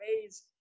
ways